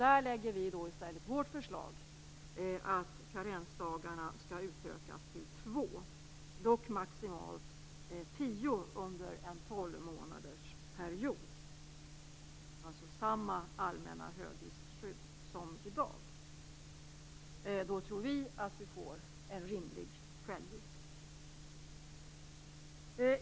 Där lägger vi i stället vårt förslag, att karensdagarna skall utökas till två, dock maximalt tio under en tolvmånadersperiod. Det är alltså samma allmänna högriskskydd som i dag. Då tror vi att vi får en rimlig självrisk.